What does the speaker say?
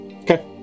Okay